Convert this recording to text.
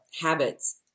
habits